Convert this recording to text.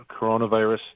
coronavirus